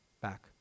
back